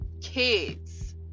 kids